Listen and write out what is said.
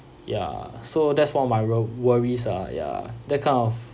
ya so that's one of my wor~ worries ah ya that kind of